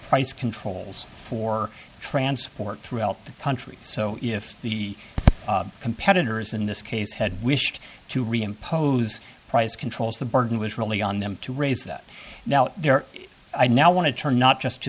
price controls for transport throughout the country so if the competitors in this case had wished to reimpose price controls the burden was really on them to raise that now there i now want to turn not just to